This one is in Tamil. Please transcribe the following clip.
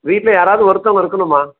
வீட்டில் யாராவது ஒருத்தவங்க இருக்கணும்மா